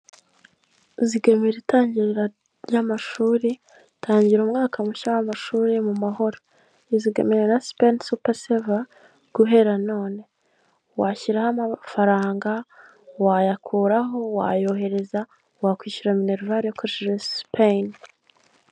Raporo y'ubucuruzi yo mu bihumbi bibiri na makumyabiri nabiri y'ikigo cyitwa santi purinta, kuri raporo hagaragaraho uko icyo kigo cyakoresheje amafaranga guhera ibihumbibiri na makumyabiri rimwe mu kwezi kwa mbere kugeza mu kwezi kwa cumi na kabiri, ibihumbibiri na makumyabiri na rimwe.